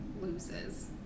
loses